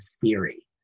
theory